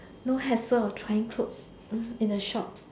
no hassle trying clothes hmm in a shop